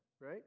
right